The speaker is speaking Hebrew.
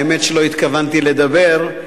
האמת שלא התכוונתי לדבר,